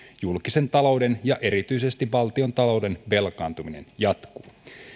julkisen talouden ja erityisesti valtiontalouden velkaantuminen jatkuu